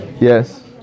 yes